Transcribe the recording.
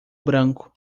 branco